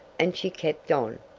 and she kept on.